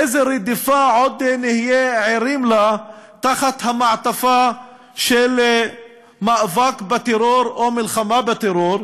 איזו רדיפה עוד נהיה ערים לה במעטפת של מאבק בטרור או מלחמה בטרור,